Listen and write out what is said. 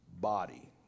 body